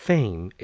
Fame